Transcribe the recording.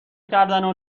کردنو